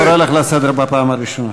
אני קורא אותך לסדר פעם ראשונה.